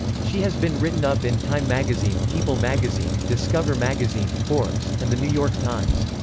she has been written up in time magazine, people magazine, discover magazine, forbes, and the new york times.